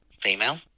female